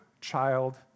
child